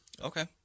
Okay